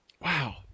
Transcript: wow